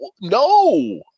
no